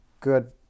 good